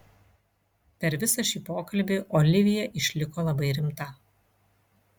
per visą šį pokalbį olivija išliko labai rimta